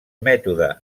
mètode